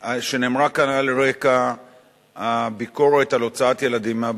שנאמרה כאן על רקע הביקורת על הוצאת ילדים מהבתים.